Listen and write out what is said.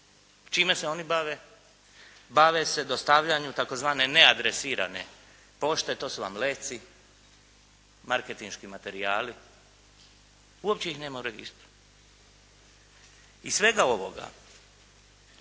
Čime se oni bave? Bave se dostavljanjem tzv. neadresirane pošte. To su vam letci, marketinški materijali. Uopće ih nema u registru. Iz svega ovoga